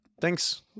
Thanks